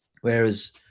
Whereas